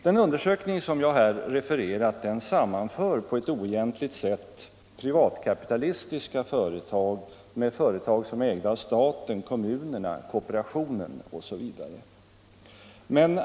Den undersökning jag refererat sammanför på ett oegentligt sätt privatkapitalistiska företag med företag ägda av staten, kommunerna, kooperationen osv.